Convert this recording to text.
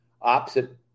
opposite